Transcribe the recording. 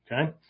okay